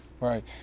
Right